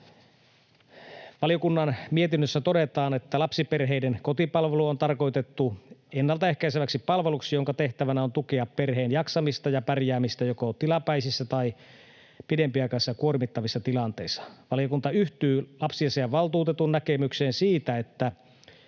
Valiokunnan mietinnössä todetaan, että lapsiperheiden kotipalvelu on tarkoitettu ennalta ehkäiseväksi palveluksi, jonka tehtävänä on tukea perheen jaksamista ja pärjäämistä joko tilapäisissä tai pidempiaikaisissa kuormittavissa tilanteissa. Valiokunta yhtyy lapsiasiavaltuutetun näkemykseen siitä, että